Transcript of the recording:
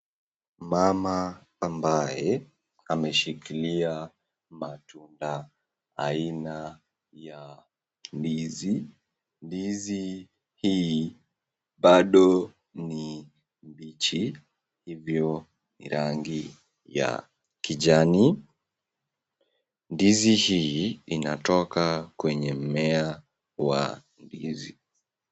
Mama ambaye ameshikilia matunda aina ya ndizi. Ndizi hii bado ni mbichi hivyo rangi ya kijani. Ndizi hii inatoka kwenye mmea wa ndizi.